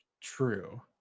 True